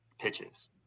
pitches